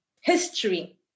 history